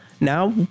Now